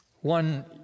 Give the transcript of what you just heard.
One